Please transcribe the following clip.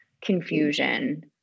confusion